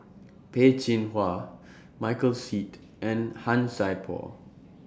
Peh Chin Hua Michael Seet and Han Sai Por